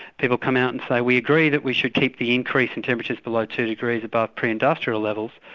people come out and say we agree that we should keep the increase in temperatures below two degrees above pre-industrial levels,